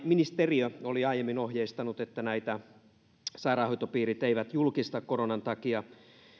ministeriö oli aiemmin ohjeistanut että sairaanhoitopiirit eivät julkista koronan takia